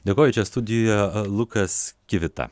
dėkoju čia studijoje lukas kivita